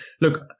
look